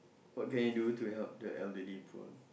what can you do to help the elderly poor